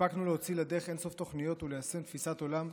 הספקנו להוציא לדרך אין-סוף תוכניות וליישם תפיסת עולם,